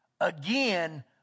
Again